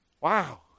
Wow